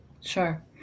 Sure